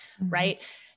Right